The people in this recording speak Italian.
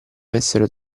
avessero